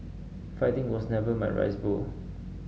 fighting was never my rice bowl